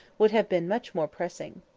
would have been much more pressing.